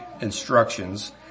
instructions